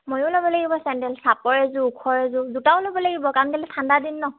ময়ো ল'ব লাগিব চণ্ডেল চাপৰ এযোৰ ওখ এযোৰ জোতাও ল'ব লাগিব কাৰণ কেলৈ ঠাণ্ডা দিন নহ্